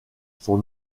son